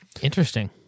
Interesting